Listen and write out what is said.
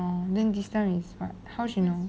oh then this time is what how she knows